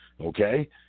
okay